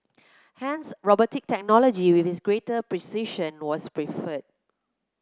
hence robotic technology with its greater precision was preferred